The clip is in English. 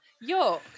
York